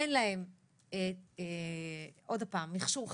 אין להם מכשור חדשני,